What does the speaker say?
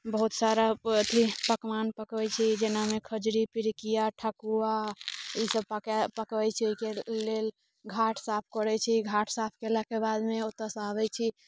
बहुत सारा अथी पकवान पकबैत छी जेनामे खजूरी पिरुकिया ठकुआ ई सब पकायल पकबैत छी ओहिके लेल घाट साफ करैत छी घाट साफ कयलाके बादमे ओतऽसँ आबैत छी तऽ